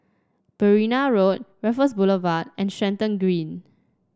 Berrima Road Raffles Boulevard and Stratton Green